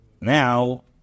Now